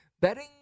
betting